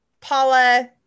Paula